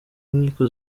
inkiko